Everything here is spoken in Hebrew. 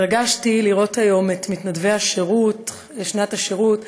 התרגשתי לראות היום את מתנדבי שנת השירות,